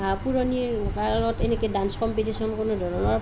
পুৰণি কালত এনেকৈ ডান্স কমপিটিশ্যন কোনো ধৰণৰ